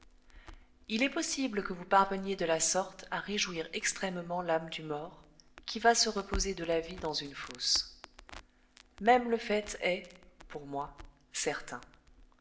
il est possible que vous parveniez de la sorte à réjouir extrêmement l'âme du mort qui va se reposer de la vie dans une fosse même le fait est pour moi certain